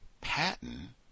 Patton